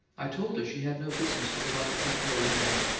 i told her she had no business to go out the front door, anyhow.